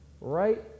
right